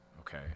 okay